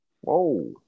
Whoa